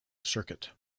circuit